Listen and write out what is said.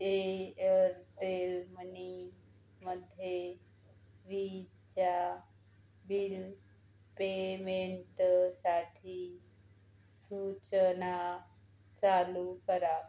Airtel money मध्ये वीजच्या bill पेमेंटसाठी सूचना चालू करा